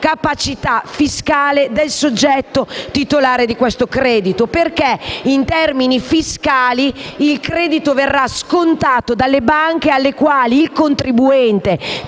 capacità fiscale dei soggetti titolari del credito. Infatti, in termini fiscali, il credito verrà scontato dalle banche alle quali il contribuente